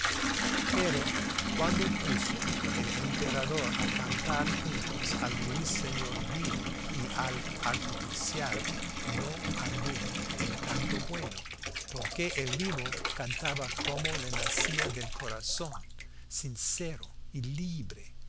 pero cuando puso el emperador a cantar juntos al ruiseñor vivo y al artificial no anduvo el canto bueno porque el vivo cantaba como le nacía del corazón sincero y libre